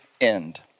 end